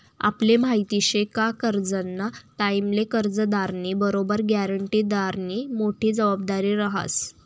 आपले माहिती शे का करजंना टाईमले कर्जदारनी बरोबर ग्यारंटीदारनी मोठी जबाबदारी रहास